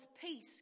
peace